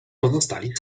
pozostali